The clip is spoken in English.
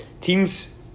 Teams